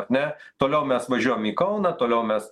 ar ne toliau mes važiuojam į kauną toliau mes